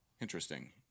interesting